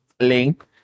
link